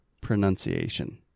pronunciation